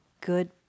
good